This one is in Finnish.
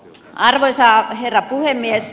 arvoisa herra puhemies